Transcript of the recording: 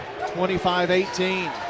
25-18